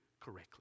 correctly